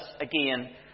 again